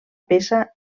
peça